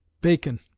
Bacon